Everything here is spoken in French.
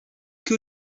que